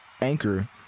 Anchor